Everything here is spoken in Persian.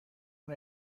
اون